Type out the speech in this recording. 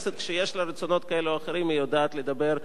כשיש לה רצונות כאלה או אחרים היא יודעת לדבר עם